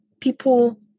people